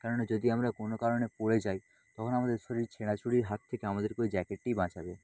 কেননা যদি আমরা কোনও কারণে পড়ে যাই তখন আমাদের শরীর ছেঁড়াছুঁড়ির হাত থেকে আমাদেরকে ওই জ্যাকেটটিই বাঁচাবে